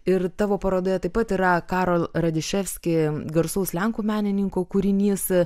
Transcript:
ir tavo parodoje taip pat yra karol radiševski garsaus lenkų menininko kūrinys